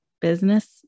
business